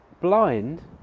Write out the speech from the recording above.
blind